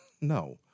no